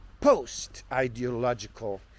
post-ideological